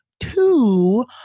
Two